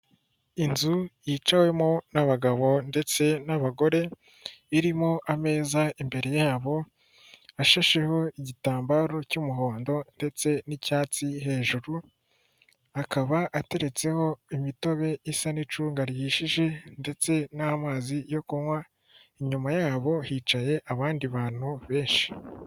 Inzu yicawemo n'abagabo ndetse n'abagore irimo ameza imbere yabo ashesheho igitambaro cy'umuhondo ndetse n'icyatsi. Hejuru akaba ateretseho imitobe isa n'icunga ryihishije ndetse n'amazi yo kunywa inyuma yabo hicaye abandi bantu benshi.